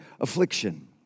affliction